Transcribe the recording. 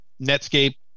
Netscape